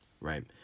right